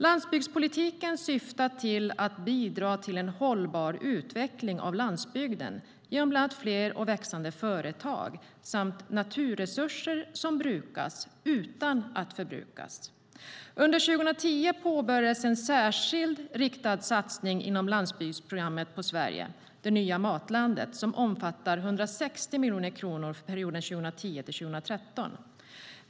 Landsbygdspolitiken syftar till att bidra till en hållbar utveckling av landsbygden genom bland annat fler och växande företag samt naturresurser som brukas utan att förbrukas. Under 2010 påbörjades en särskild riktad satsning inom landsbygdsprogrammet på Sverige - det nya matlandet som omfattar 160 miljoner kronor för perioden 2010-2013.